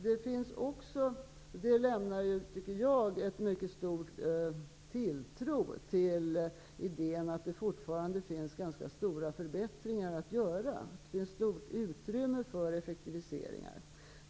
Detta ger en stark tilltro till idén om att det fortfarande finns ganska stora förbättringar att göra. Det finns ett stort utrymme för effektiviseringar.